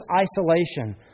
isolation